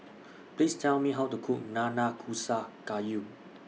Please Tell Me How to Cook Nanakusa Gayu